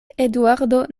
eduardo